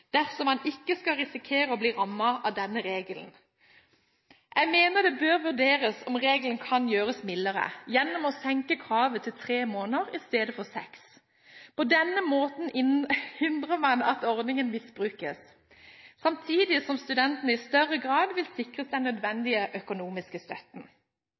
dersom man ikke skal risikere å bli rammet av denne regelen. Jeg mener det bør vurderes om regelen kan gjøres mildere gjennom å senke kravet til tre måneder i stedet for seks. På denne måten hindrer vi at ordningen misbrukes, samtidig som studentene i større grad vil sikres den nødvendige økonomiske støtten.